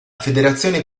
federazione